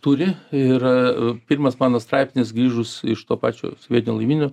turi ir a pirmas mano straipsnis grįžus iš to pačio sovietinio laivyno